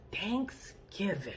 Thanksgiving